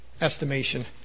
estimation